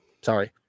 sorry